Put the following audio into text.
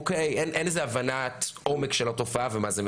אוקי אין איזה הבנת עומק של התופעה ומה זה מבשר.